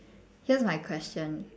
here's my question